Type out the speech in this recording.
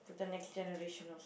for the next generation also